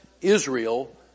Israel